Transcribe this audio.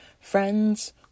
friends